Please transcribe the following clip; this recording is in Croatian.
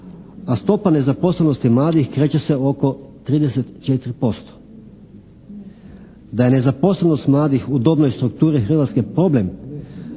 a stopa nezaposlenosti mladih kreće se oko 34%. Da je nezaposlenost mladih u dobnoj strukturi Hrvatske problem